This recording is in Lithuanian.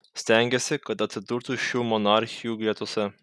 stengėsi kad atsidurtų šių monarchių gretose